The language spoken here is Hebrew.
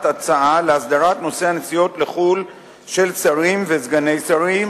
הצעה להסדרת נושא הנסיעות לחו"ל של שרים וסגני שרים,